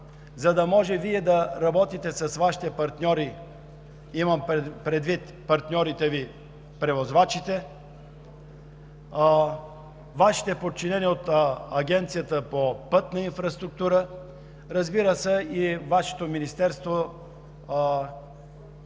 за да може Вие да работите с Вашите партньори, имам предвид партньорите Ви: превозвачите, Вашите подчинени от Агенцията по пътна инфраструктура, разбира се, и Вашето Министерство